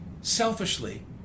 selfishly